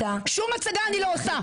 שום הצגה אני לא עושה.